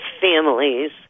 families